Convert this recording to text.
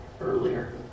earlier